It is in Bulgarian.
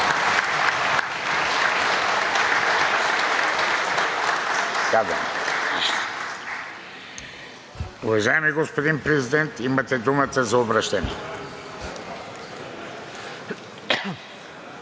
Уважаеми господин Президент, имате думата за обръщение.